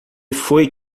foi